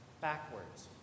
Backwards